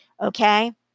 Okay